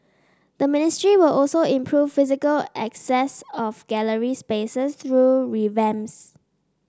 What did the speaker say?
the ministry will also improve physical access of gallery spaces through revamps